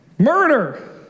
murder